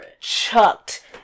chucked